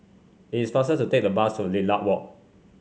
it's faster to take the bus to Lilac Walk